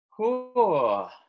Cool